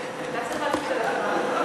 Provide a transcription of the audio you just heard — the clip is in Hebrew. צריך להקפיד על הזמן.